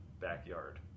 backyard